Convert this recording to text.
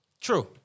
True